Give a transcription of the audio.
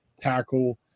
tackle